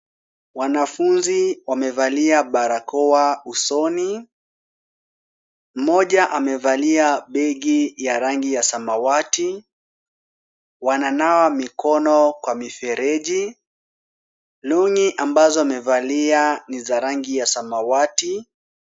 Wanafunzi wamevalia barakoa usoni. Mmoja amevalia bag ya rangi ya samawati. Wananawa mikono kwa mifereji. Long'i ambazo wamevalia ni za rangi ya samawati.